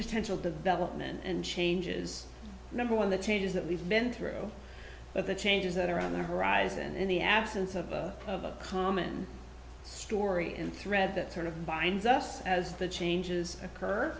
potential development and changes number one the changes that we've been through but the changes that are on the horizon and in the absence of a common story and thread that sort of binds us as the changes occur